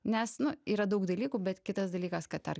nes nu yra daug dalykų bet kitas dalykas kad ar